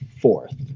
fourth